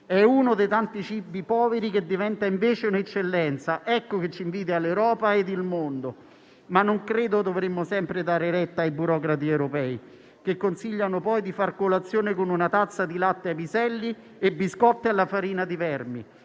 È uno dei tanti cibi poveri che diventa invece eccellenza: questo è ciò che ci invidiano l'Europa e il mondo, ma non credo che dovremmo sempre dare retta ai burocrati europei, che consigliano poi di fare colazione con una tazza di latte ai piselli e biscotti alla farina di vermi.